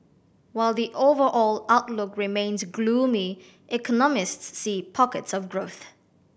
while the overall outlook remains gloomy economists see pockets of growth